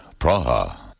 Praha